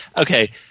Okay